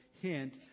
hint